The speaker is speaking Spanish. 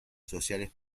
sociales